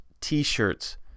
t-shirts